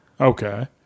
Okay